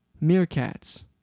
Meerkats